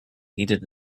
needed